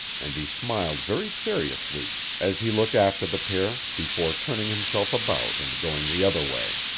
and he smiled very curiously as he looked after the pair before turning himself about and going the other way.